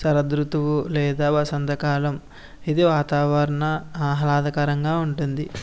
శరదృతువు లేదా వసంతకాలం ఇది వాతావరణం ఆహ్లదకరంగా ఉంటుంది